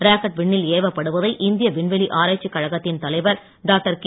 rocket விண்ணில் ஏவப்படுவதை இந்திய விண்வெளி ஆராய்ச்சிக் கழகத்தின் தலைவர் டாக்டர் கே